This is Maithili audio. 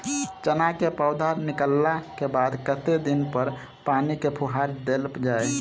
चना केँ पौधा निकलला केँ बाद कत्ते दिन पर पानि केँ फुहार देल जाएँ?